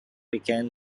began